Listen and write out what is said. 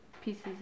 pieces